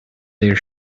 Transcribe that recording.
their